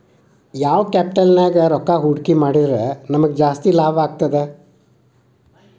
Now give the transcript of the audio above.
ಯಾವ್ ಕ್ಯಾಪಿಟಲ್ ನ್ಯಾಗ್ ರೊಕ್ಕಾ ಹೂಡ್ಕಿ ಮಾಡಿದ್ರ ನಮಗ್ ಜಾಸ್ತಿ ಲಾಭಾಗ್ತದ?